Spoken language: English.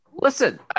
listen